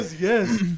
yes